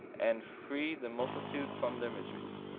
and free the multitude from their miseries.